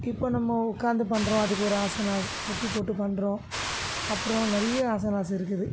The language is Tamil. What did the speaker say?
இப்போ நம்ம உட்காந்து பண்ணுறோம் அதுக்கு ஒரு ஆசனாஸ் முட்டி போட்டு பண்ணுறோம் அப்புறம் நிறைய ஆசனாஸ் இருக்குது